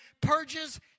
purges